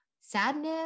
sadness